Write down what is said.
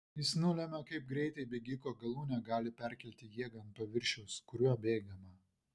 jis nulemia kaip greitai bėgiko galūnė gali perkelti jėgą ant paviršiaus kuriuo bėgama